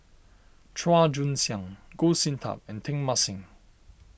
Chua Joon Siang Goh Sin Tub and Teng Mah Seng